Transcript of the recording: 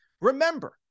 Remember